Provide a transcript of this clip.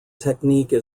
technique